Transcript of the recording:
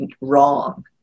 wrong